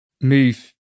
move